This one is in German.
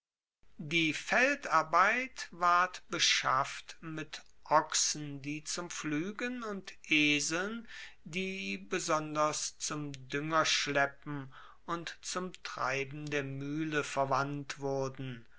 die feldarbeit ward beschafft mit ochsen die zum pfluegen und eseln die besonders zum duengerschleppen und zum treiben der muehle verwandt wurden